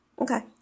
okay